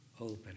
Open